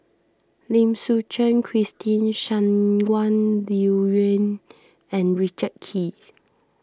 Lim Suchen Christine Shangguan Liuyun and Richard Kee